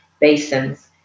basins